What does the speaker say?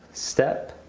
step